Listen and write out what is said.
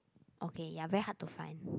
okay ya very hard to find